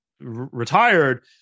retired